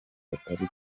atari